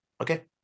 okay